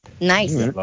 Nice